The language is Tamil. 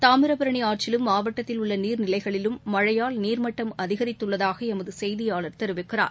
தாமிரபரணிஆற்றிலும் உள்ளநீர்நிலைகளிலும் மழையால் நீர்மட்டம் அதிகரித்துள்ளதாகளமதுசெய்தியாளர் தெரிவிக்கிறார்